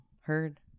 heard